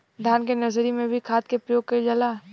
धान के नर्सरी में भी खाद के प्रयोग कइल जाला?